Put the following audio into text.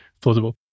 plausible